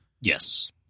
Yes